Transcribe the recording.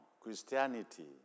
Christianity